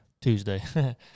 Tuesday